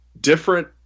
different